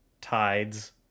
tides